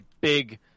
big